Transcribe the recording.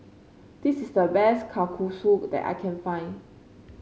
this is the best Kalguksu that I can find